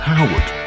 Howard